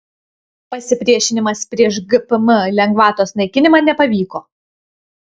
pasipriešinimas prieš gpm lengvatos naikinimą nepavyko